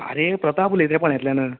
आरे प्रताप उलयतां रे फोंड्यांतल्यान